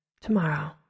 Tomorrow